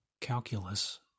calculus